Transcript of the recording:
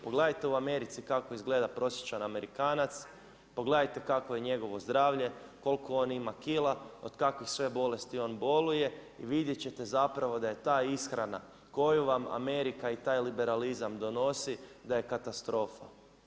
Pogledajte u Americi kako izgleda prosječan Amerikanac, pogledajte kakvo je njegovo zdravlje, koliko on ima kila, od kakvih sve bolesti on boluje i vidjeti ćete zapravo da je ta ishrana koju vam Amerika i taj liberalizam donosi da je katastrofa.